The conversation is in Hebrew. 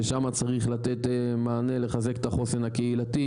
ששם צריך לתת מענה לחזק את החוסן הקהילתי.